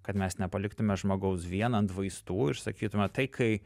kad mes nepaliktume žmogaus vien ant vaistų ir sakytume tai kai